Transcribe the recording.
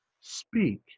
speak